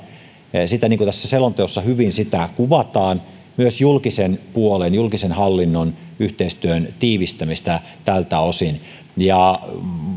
niin kuin tässä selonteossa hyvin kuvataan myös julkisen puolen julkisen hallinnon yhteistyön tiivistämistä tältä osin